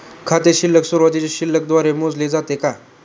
खाते शिल्लक सुरुवातीच्या शिल्लक द्वारे मोजले जाते का?